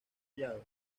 llaves